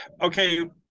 Okay